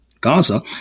Gaza